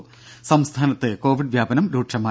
ദേഴ സംസ്ഥാനത്ത് കോവിഡ് വ്യാപനം രൂക്ഷമായി